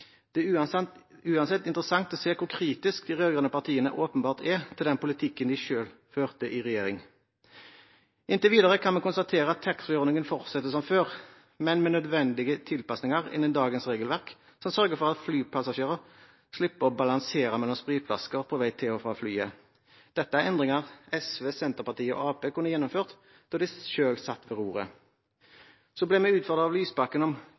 Det er uansett interessant å se hvor kritiske de rød-grønne partiene åpenbart er til den politikken de selv førte i regjering. Inntil videre kan vi konstatere at taxfree-ordningen fortsetter som før, men med nødvendige tilpasninger innen dagens regelverk som sørger for at flypassasjerer slipper å balansere mellom spritflasker på vei til og fra flyet. Dette er endringer SV, Senterpartiet og Arbeiderpartiet kunne gjennomført da de selv satt ved roret. Så ble vi utfordret av Lysbakken